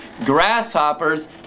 grasshoppers